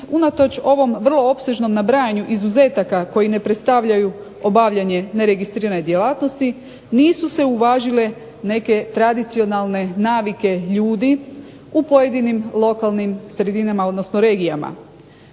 unatoč ovom vrlo opsežnom nabrajanju izuzetaka koji ne predstavljaju obavljanje neregistrirane djelatnosti nisu se uvažile neke tradicionalne navike ljudi u pojedinim lokalnim sredinama, odnosno regijama.